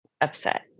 upset